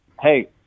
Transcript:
Hey